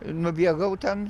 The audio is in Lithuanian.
nubėgau ten